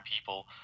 people